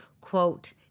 quote